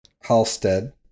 Halstead